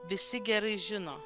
visi gerai žino